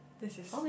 this is